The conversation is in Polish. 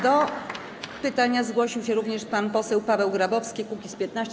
Do pytania zgłosił się również pan poseł Paweł Grabowski, Kukiz’15.